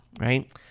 right